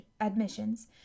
admissions